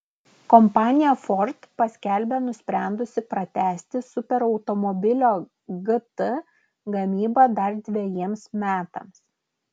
kompanija ford paskelbė nusprendusi pratęsti superautomobilio gt gamybą dar dvejiems metams